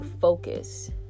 focus